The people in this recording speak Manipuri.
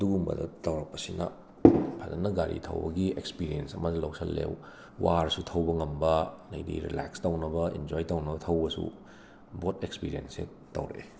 ꯑꯗꯨꯒꯨꯝꯕꯗ ꯇꯧꯔꯛꯄꯁꯤꯅ ꯐꯖꯅ ꯒꯥꯔꯤ ꯊꯧꯕꯒꯤ ꯑꯦꯛꯁꯄꯤꯔꯦꯟꯁ ꯑꯃꯁꯨ ꯂꯧꯁꯜꯂꯦ ꯋꯥꯔꯁꯨ ꯊꯧꯕ ꯉꯝꯕ ꯑꯗꯩꯗꯤ ꯔꯤꯂꯦꯛꯁ ꯇꯧꯅꯕ ꯏꯟꯖꯣꯏ ꯇꯧꯅꯕ ꯊꯧꯕꯁꯨ ꯕꯣꯠ ꯑꯦꯛꯁꯄꯤꯔꯦꯟꯁꯁꯦ ꯇꯧꯔꯛꯑꯦ